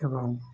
ଏବଂ